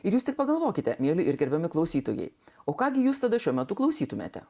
ir jūs tik pagalvokite myli ir gerbiami klausytojai o ką gi jūs tada šiuo metu klausytumėte